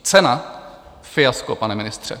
Cena fiasko, pane ministře.